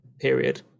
period